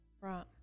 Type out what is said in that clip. Right